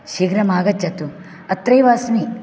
शीघ्रम् आगच्छतु अत्रैव अस्मि